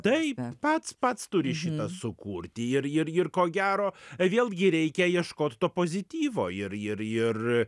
taip pats pats turi šitą sukurti ir ir ir ko gero vėlgi reikia ieškot to pozityvo ir ir ir